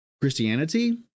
Christianity